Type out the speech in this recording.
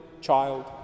child